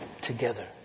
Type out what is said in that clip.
together